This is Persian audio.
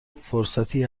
فرصتی